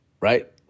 right